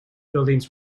buildings